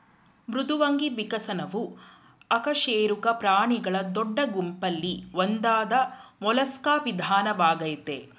ಮೃದ್ವಂಗಿ ವಿಕಸನವು ಅಕಶೇರುಕ ಪ್ರಾಣಿಗಳ ದೊಡ್ಡ ಗುಂಪಲ್ಲಿ ಒಂದಾದ ಮೊಲಸ್ಕಾ ವಿಧಾನವಾಗಯ್ತೆ